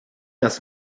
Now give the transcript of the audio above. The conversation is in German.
das